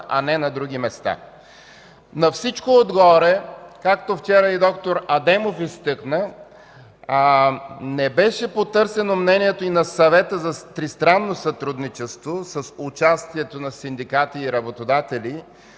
а не на други места. На всичко отгоре, както вчера д-р Адемов изтъкна, не беше потърсено мнението и на Съвета за тристранно сътрудничество с участието на синдикати и работодатели,